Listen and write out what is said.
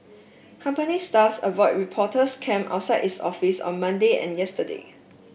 company staffs avoided reporters camped outside its office on Monday and yesterday